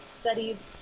studies